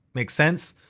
make sense?